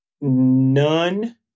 none